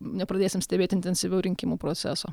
nepradėsim stebėti intensyviau rinkimų proceso